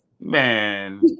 man